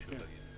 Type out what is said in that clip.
חשוב להגיד.